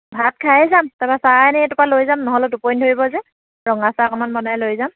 ভাত খায়েই যাম তাৰপৰা চাহ এনেই এটোপা লৈ যাম নহ'লে টোপনি ধৰিব যে ৰঙা চাহ অকণমান বনাই লৈ যাম